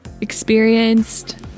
experienced